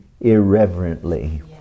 irreverently